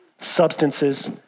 substances